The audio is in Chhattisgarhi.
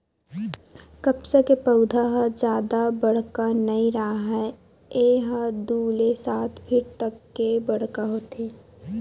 कपसा के पउधा ह जादा बड़का नइ राहय ए ह दू ले सात फीट तक के बड़का होथे